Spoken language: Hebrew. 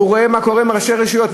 הוא רואה מה קורה עם ראשי הרשויות.